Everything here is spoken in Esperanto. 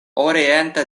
orienta